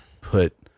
put